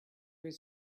his